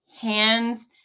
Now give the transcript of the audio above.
hands